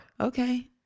Okay